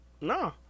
no